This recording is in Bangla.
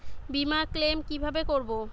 বিমা ক্লেম কিভাবে করব?